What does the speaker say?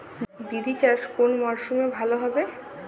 বিরি চাষ কোন মরশুমে ভালো হবে?